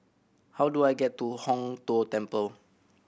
how do I get to Hong Tho Temple